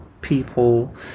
people